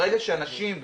ברגע שאנשים,